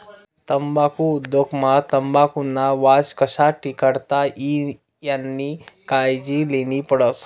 तम्बाखु उद्योग मा तंबाखुना वास कशा टिकाडता ई यानी कायजी लेन्ही पडस